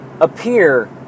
appear